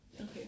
Okay